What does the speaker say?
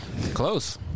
Close